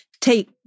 take